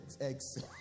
eggs